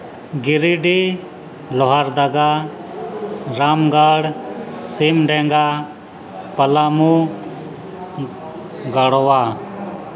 ᱜᱤᱨᱤᱰᱤ ᱞᱳᱦᱟᱨ ᱫᱟᱜᱟ ᱨᱟᱢᱜᱚᱲ ᱥᱤᱢᱰᱮᱜᱟ ᱯᱟᱞᱟᱢᱳ ᱜᱟᱲᱚᱣᱟ